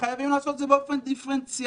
וחייבים לעשות את זה באופן דיפרנציאלי.